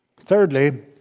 Thirdly